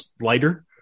lighter